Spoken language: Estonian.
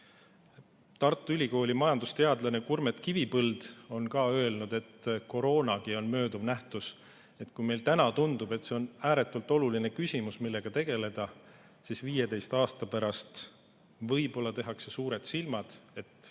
Tartu Ülikooli majandusteadlane Kurmet Kivipõld on öelnud, et koroonagi on mööduv nähtus, ja kui meile täna tundub, et see on ääretult oluline küsimus, millega tegeleda, siis 15 aasta pärast võib-olla tehakse suured silmad, et